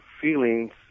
feelings